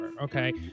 okay